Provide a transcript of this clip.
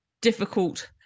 difficult